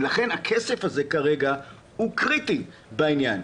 לכן, הכסף הזה כרגע הוא קריטי בעניין.